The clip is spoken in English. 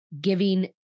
giving